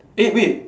eh wait